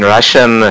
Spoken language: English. Russian